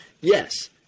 Yes